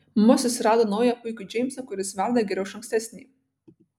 mama susirado naują puikų džeimsą kuris verda geriau už ankstesnįjį